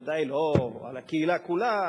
ודאי לא על הקהילה כולה,